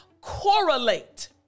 correlate